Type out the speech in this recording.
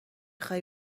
خوای